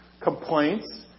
complaints